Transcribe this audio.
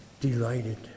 delighted